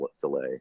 delay